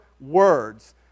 words